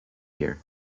year